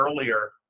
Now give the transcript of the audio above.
earlier